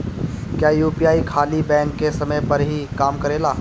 क्या यू.पी.आई खाली बैंक के समय पर ही काम करेला?